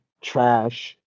Trash